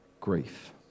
grief